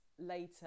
later